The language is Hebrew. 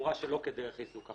בתמורה שלא כדרך עיסוק.